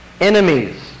enemies